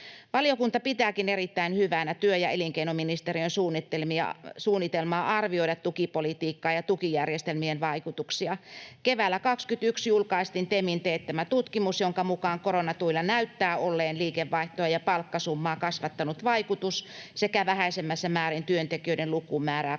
Valiokunta pitääkin erittäin hyvänä työ- ja elinkeinoministeriön suunnitelmaa arvioida tukipolitiikkaa ja tukijärjestelmien vaikutuksia. Keväällä 21 julkaistiin TEMin teettämä tutkimus, jonka mukaan koronatuilla näyttää olleen liikevaihtoa ja palkkasummaa kasvattanut vaikutus sekä vähäisemmässä määrin työntekijöiden lukumäärää kasvattanut